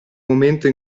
momento